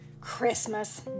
Christmas